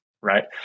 right